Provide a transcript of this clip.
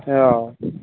औ औ